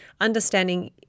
understanding